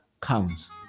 counts